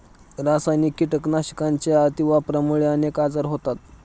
रासायनिक कीटकनाशकांच्या अतिवापरामुळे अनेक आजार होतात